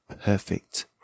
perfect